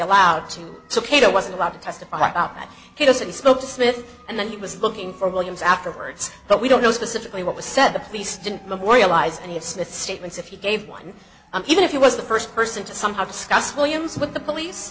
allowed to so kato was allowed to testify up that he doesn't spoke to smith and then he was looking for williams afterwards but we don't know specifically what was said the police didn't memorialize any of the statements if you gave one even if he was the first person to somehow discuss williams with the police